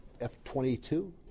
F-22